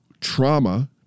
trauma